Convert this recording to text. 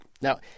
Now